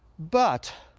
but